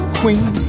queen